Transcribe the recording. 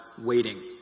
waiting